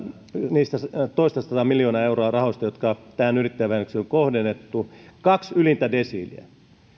on toistasataa miljoonaa euroa rahoista jotka tähän yrittäjävähennykseen on kohdennettu kaksi ylintä desiiliä